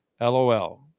LOL